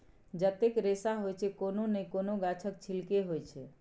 जतेक रेशा होइ छै कोनो नहि कोनो गाछक छिल्के होइ छै